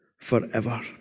forever